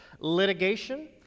litigation